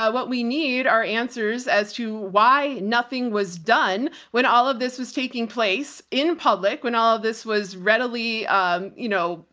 what we need are answers as to why nothing was done when all of this was taking place in public when all of this was readily, um, you know,